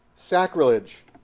Sacrilege